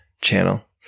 channel